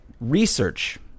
research